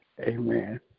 Amen